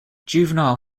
juvenile